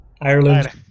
Ireland